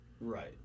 Right